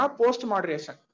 post-moderation